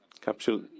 Capsule